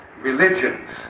religions